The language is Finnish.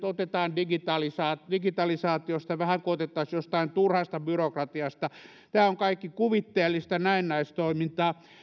otetaan digitalisaatiosta vähän kuin otettaisiin jostain turhasta byrokratiasta tämä on kaikki kuvitteellista näennäistoimintaa